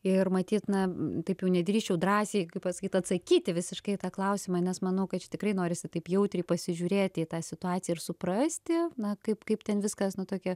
ir matyt na taip jau nedrįsčiau drąsiai pasakyt atsakyti visiškai į tą klausimą nes manau kad čia tikrai norisi taip jautriai pasižiūrėti į tą situaciją ir suprasti na kaip kaip ten viskas nu tokia